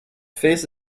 face